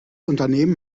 unternehmen